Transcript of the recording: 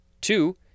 Two